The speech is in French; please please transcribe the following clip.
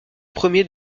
premier